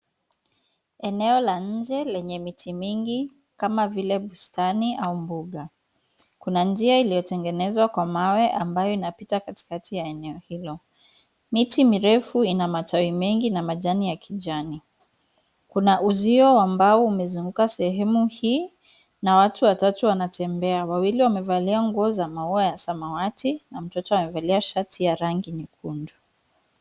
Eneo la nje lenye miti mingi, kama vile bustani au mbuga. Kuna njia iliyotengenezwa kwa mawe ambayo inapita katikati ya eneo hilo. Miti mirefu ina matawi mengi na majani ya kijani. Kuna uzio ambao umezunguka sehemu hii, na watu watatu wanatembea. Wawili wamevalia nguo za maua ya samawati, na mtoto amevalia shati ya rangi nyekundu.